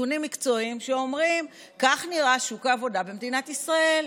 נתונים מקצועיים שאומרים שכך נראה שוק העבודה במדינת ישראל,